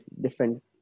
Different